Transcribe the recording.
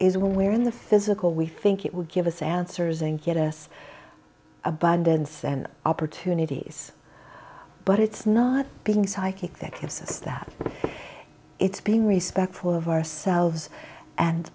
one where in the physical we think it would give us answers and get us abundance and opportunities but it's not being psychic that gives us that it's being respectful of ourselves and